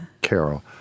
Carol